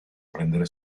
prendere